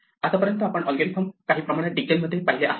आतापर्यंत आपण अल्गोरिदम काही प्रमाणात डिटेल मध्ये पाहिले आहेत